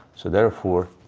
so, therefore,